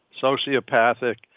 sociopathic